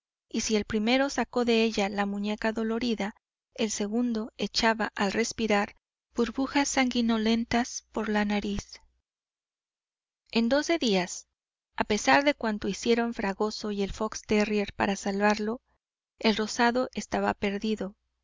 y si el primero sacó de ella la muñeca dolorida el segundo echaba al respirar burbujas sanguinolentas por la nariz en doce días a pesar de cuanto hicieron fragoso y el fox terrier para salvarlo el rozado estaba perdido